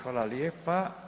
Hvala lijepa.